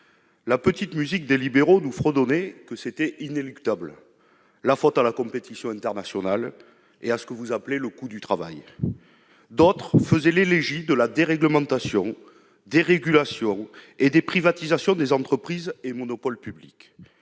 petite musique : cette évolution était inéluctable, la faute à la compétition internationale et à ce que vous appelez « le coût du travail ». D'autres faisaient l'éloge de la déréglementation, de la dérégulation et de la privatisation des entreprises et des monopoles publics.